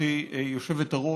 גברתי היושבת-ראש,